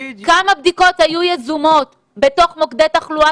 כמה בדיקות היו יזומות בתוך מוקדי תחלואה